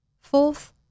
fourth